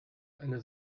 eine